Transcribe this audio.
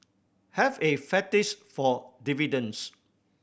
have a fetish for dividends